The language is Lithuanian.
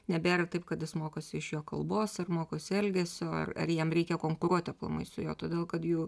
nebėra taip kad jis mokosi iš jo kalbos ar mokosi elgesio ar ar jam reikia konkuruoti aplamai su juo todėl kad jų